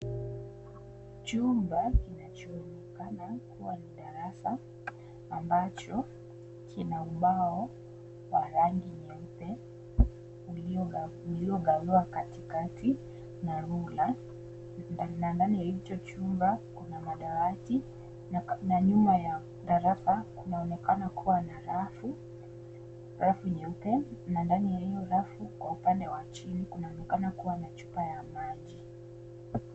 Chumba kinachoonekana kuwa darasa ambacho kina ubao wa rangi nyeupe uliokawiwa Kati kati na rula. Ndani ya hicho chumba kuna madawati na nyuma ya darasa kunaonekana kuwa na rafu nyeupe na ndani ya hiyo rafu kwa upande wa chini kunaonekana kuwa na chupa ya maji.